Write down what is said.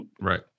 right